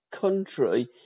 country